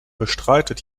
bestreitet